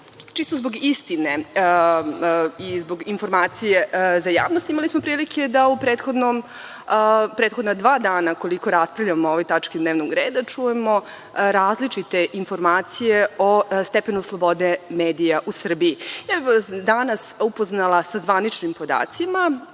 Čisto zbog istine i zbog informacije za javnost. Imali smo prilike da u prethodna dva dana, koliko raspravljamo o ovoj tački dnevnog reda, čujemo različite informacije o stepenu slobode medija u Srbiji. Ja sam se danas upoznala sa zvaničnim podacima